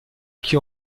qui